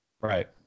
right